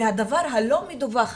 והדבר הלא מדווח,